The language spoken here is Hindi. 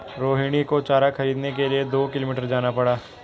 रोहिणी को चारा खरीदने के लिए दो किलोमीटर जाना पड़ा